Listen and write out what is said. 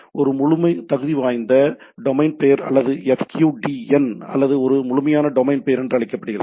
இது முழு தகுதி வாய்ந்த டொமைன் பெயர் அல்லது FQDN அல்லது ஒரு முழுமையான டொமைன் பெயர் என அழைக்கப்படுகிறது